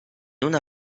una